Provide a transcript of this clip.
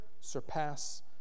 surpass